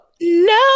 No